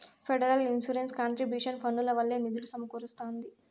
federal insurance contribution పన్నుల వల్లే నిధులు సమకూరస్తాంది